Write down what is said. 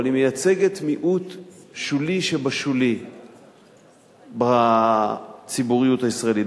אבל היא מייצגת מיעוט שולי שבשולי בציבוריות הישראלית,